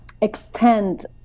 extend